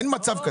אין מצב כזה.